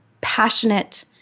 passionate